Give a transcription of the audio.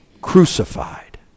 crucified